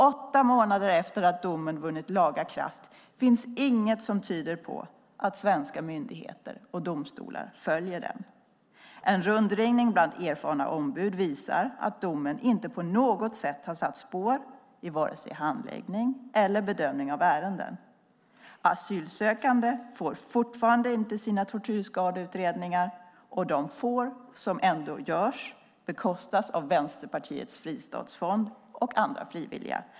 Åtta månader efter att domen vunnit laga kraft finns det inget som tyder på att svenska myndigheter och domstolar följer den. En rundringning bland erfarna ombud visar att domen inte på något sätt har satt spår i vare sig handläggning eller bedömning av ärenden. Asylsökande får fortfarande inte sina tortyrskadeutredningar. De få som görs bekostas av Vänsterpartiets fristatsfond och andra frivilliga.